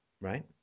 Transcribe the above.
Right